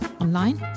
online